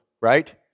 right